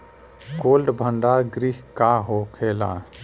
Cold भण्डार गृह का होखेला?